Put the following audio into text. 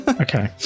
okay